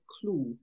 clue